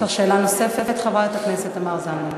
יש לך שאלה נוספת, חברת הכנסת תמר זנדברג?